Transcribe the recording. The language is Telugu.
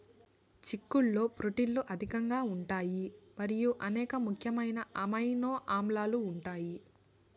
చిక్కుళ్లలో ప్రోటీన్లు అధికంగా ఉంటాయి మరియు అనేక ముఖ్యమైన అమైనో ఆమ్లాలు ఉంటాయి